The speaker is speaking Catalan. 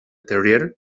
terrier